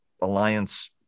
alliance